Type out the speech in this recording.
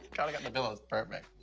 gotta get the pillows perfect.